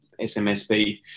SMSB